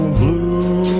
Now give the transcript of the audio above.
blue